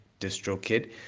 DistroKid